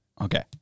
Okay